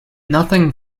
nothing